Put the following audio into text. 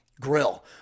grill